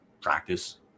practice